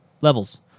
levels